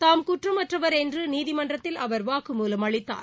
தாம் குற்றமற்றவர் என்று நீதிமன்றத்தில் அவர் வாக்கு மூலம் அளித்தார்